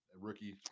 rookie